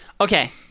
Okay